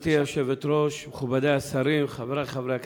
גברתי היושבת-ראש, מכובדי השרים, חברי חברי הכנסת,